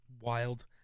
wild